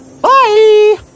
Bye